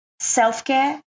self-care